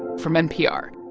from npr